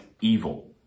evil